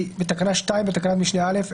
בתקנה 2 בתקנת משנה (א)